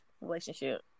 relationship